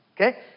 Okay